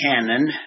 canon